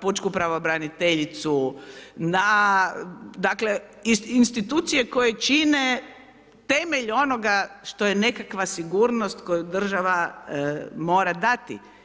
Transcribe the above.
pučku pravobraniteljicu, dakle, institucije koje čine temelj onoga što je nekakva sigurnost koju država mora dati.